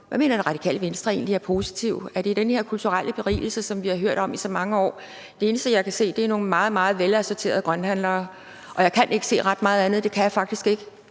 Hvad mener Det Radikale Venstre egentlig er positivt? Er det den her kulturelle berigelse, som vi har hørt om i så mange år? Det eneste, jeg kan se, er nogle meget, meget velassorterede grønthandlere. Og jeg kan ikke se ret meget andet – det kan jeg faktisk ikke,